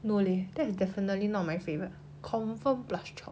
no leh that's definitely not my favorite confirm plus chop